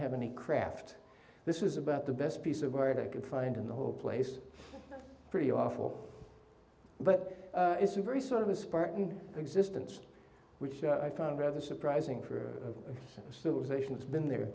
have any craft this is about the best piece of art i could find in the whole place pretty awful but it's a very sort of a spartan existence which i found rather surprising for a civilization has been there